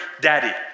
Daddy